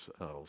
else